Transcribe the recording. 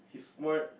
smart